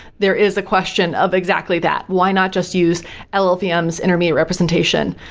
there is a question of exactly that. why not just use llvm's intermediate representation?